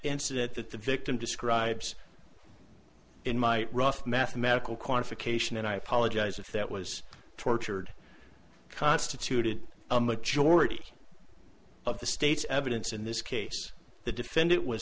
incident that the victim describes in my rough mathematical quantification and i apologize if that was tortured constituted a majority of the state's evidence in this case the defendant was